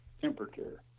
temperature